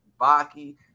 Baki